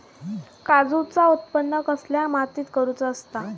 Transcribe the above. काजूचा उत्त्पन कसल्या मातीत करुचा असता?